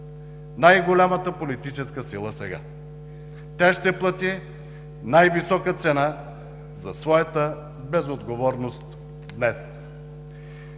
Най-голямата политическа сила сега. Тя ще плати най-висока цена за своята безотговорност днес.